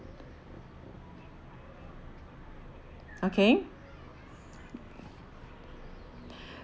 okay